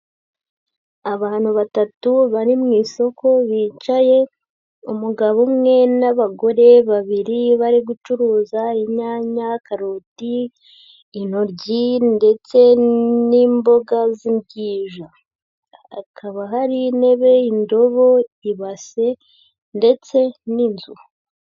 Abantu batatu bari mu isoko bicaye, umugabo umwe n'abagore babiri bari gucuruza inyanya, karoti, intoryi, ndetse n'imboga z'imbwija, hakaba hari intebe, indobo, ibase, ndetse n'inzu.